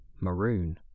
Maroon